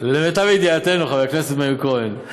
למיטב ידיעתנו, חבר הכנסת מאיר כהן,